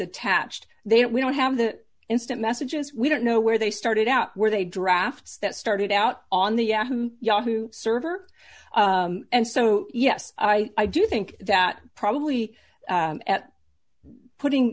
attached there we don't have the instant messages we don't know where they started out where they drafts that started out on the yahoo server and so yes i do think that probably at putting